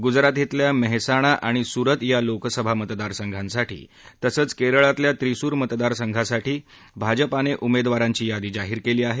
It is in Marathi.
गुजराथेतल्या मेहसाणा आणि सूरत या लोकसभा मतदारसंघासाठी तसंच केरळातल्या त्रिसूर मतदारसंघासाठी भाजपाने उमेदवारांची यादी जाहीर केली आहे